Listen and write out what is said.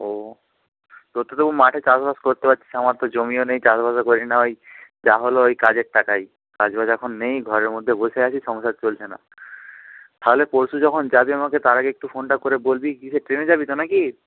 ও তোর তো তবু মাঠে চাষবাস করতে পাচ্ছিস আমার তো জমিও নেই চাষবাসও করি না ওই যা হল ওই কাজের টাকাই কাজ বাজ এখন নেই ঘরের মধ্যে বসে আছি সংসার চলছে না তাহলে পরশু যখন যাবি আমাকে তার আগে একটু ফোনটা করে বলবি কীসে ট্রেনে যাবি তো না কি